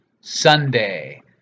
sunday